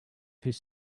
his